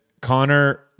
Connor